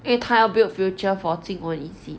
因为他要 build future jing wen is it